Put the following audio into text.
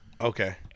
Okay